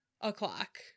o'clock